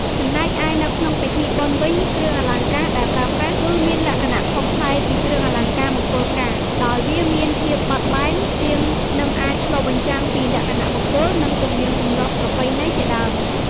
ចំណែកឯនៅក្នងពិធីបុណ្យវិញគ្រឿងអលង្ការដែរប្រើប្រាស់ គឺមានលក្ខណៈខុសប្លែកពីគ្រឿងអលង្ការមង្គលការ ដោយវាមានភាពបត់បែនជាង និង អាចឆ្លុះបញ្ចាំងពីលក្ខណៈបុគ្គល និង ទំនៀមទម្លាប់ប្រពៃណីជាដើម។